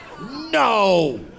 No